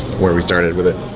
where we started with it.